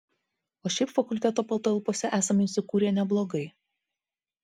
o šiaip fakulteto patalpose esame įsikūrę neblogai